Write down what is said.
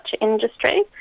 industry